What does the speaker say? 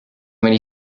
many